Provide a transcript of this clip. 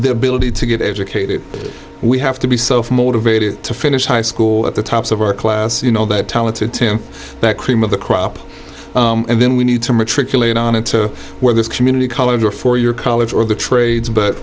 ability to get educated we have to be self motivated to finish high school at the tops of our class you know that talented tim that cream of the crop and then we need matriculate ana to wear this community college or a four year college or the trades but